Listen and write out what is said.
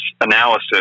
analysis